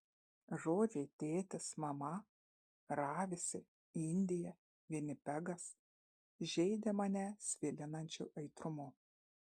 žodžiai tėtis mama ravisi indija vinipegas žeidė mane svilinančiu aitrumu